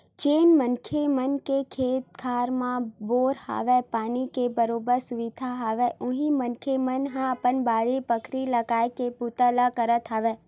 जेन मनखे मन के खेत खार मन म बोर हवय, पानी के बरोबर सुबिधा हवय उही मनखे मन ह अब बाड़ी बखरी लगाए के बूता ल करत हवय